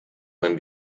when